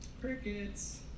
crickets